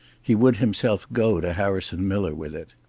he would himself go to harrison miller with it.